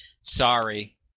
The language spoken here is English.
Sorry